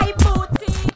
booty